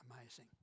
Amazing